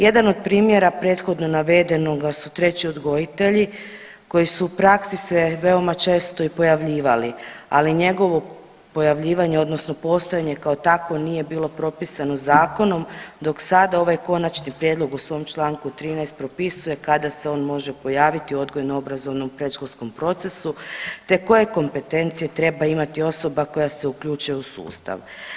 Jedan od primjera prethodno navedenoga su treći odgojitelji koji su u praksi se veoma često i pojavljivali, ali njegovo pojavljivanje odnosno postojanje kao takvo nije bilo propisano zakonom dok sada ovaj konačni prijedlog u svom čl. 13. propisuje kada se on može pojaviti u odgojno obrazovnom predškolskom procesu te koje kompetencije treba imati osoba koja se uključuje u sustav.